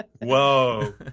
Whoa